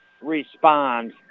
respond